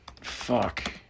Fuck